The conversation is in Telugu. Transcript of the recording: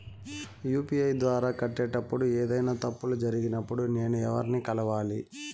యు.పి.ఐ ద్వారా కట్టేటప్పుడు ఏదైనా తప్పులు జరిగినప్పుడు నేను ఎవర్ని కలవాలి?